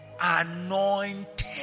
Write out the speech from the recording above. anointed